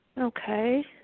Okay